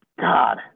God